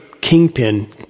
kingpin